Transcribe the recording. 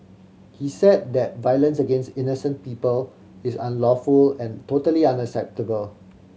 he said that violence against innocent people is unlawful and totally unacceptable